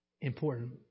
important